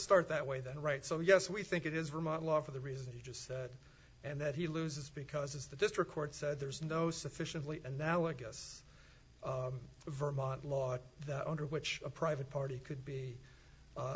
start that way then right so yes we think it is remote law for the reasons you just said and that he loses because it's the district court said there's no sufficiently and now i guess vermont law that under which a private party could